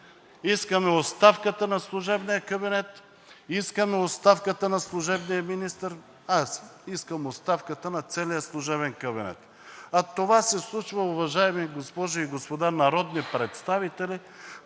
Искаме оставката на служебния кабинет, искаме оставката на служебния министър, аз искам оставката на целия служебен кабинет, а това се случва, уважаеми госпожи и господа народни представители,